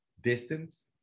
distance